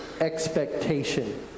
expectation